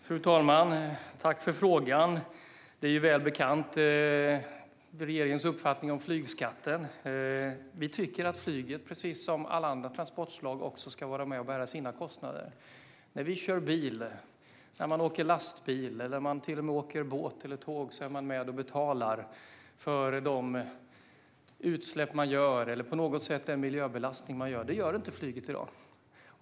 Fru talman! Tack för frågan, Jessica Rosencrantz! Regeringens uppfattning om flygskatten är ju väl bekant. Vi tycker att flyget precis som alla andra transportslag ska vara med och bära sina kostnader. När man kör bil, åker lastbil eller till och med åker båt eller tåg är man med och betalar för den miljöbelastning man bidrar till. Det gäller inte för flyget i dag.